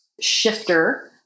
shifter